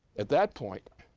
at that point,